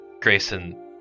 Grayson